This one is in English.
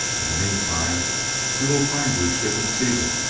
in the meantime we will find your ship and seize it,